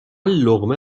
لقمه